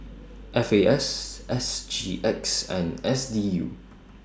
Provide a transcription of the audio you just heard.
F A S S G X and S D U